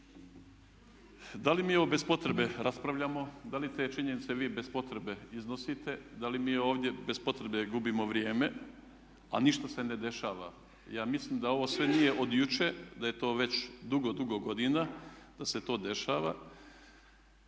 Da li mi ovo bez potrebe raspravljamo, da li te činjenice vi bez potrebe iznosite, da li mi ovdje bez potrebe gubimo vrijeme, a ništa se ne dešava. Ja mislim da ovo sve nije od jučer, da je to već dugo, dugo godina, da se to dešava.